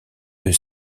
deux